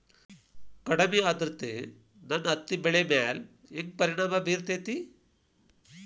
ಕಡಮಿ ಆದ್ರತೆ ನನ್ನ ಹತ್ತಿ ಬೆಳಿ ಮ್ಯಾಲ್ ಹೆಂಗ್ ಪರಿಣಾಮ ಬಿರತೇತಿ?